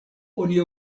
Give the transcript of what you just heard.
oni